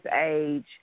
age